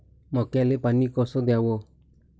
मक्याले पानी कस द्याव?